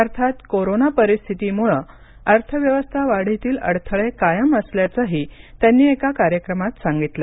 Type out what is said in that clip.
अर्थात कोरोना परिस्थितीमुळ अर्थव्यवस्था वाढीतील अडथळे कायम असल्याचंही त्यांनी एका कार्यक्रमात सांगितलं